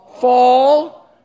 Fall